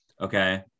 Okay